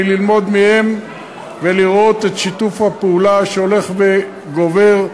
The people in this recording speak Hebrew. ללמוד מהם ולראות את שיתוף הפעולה שהולך וגובר.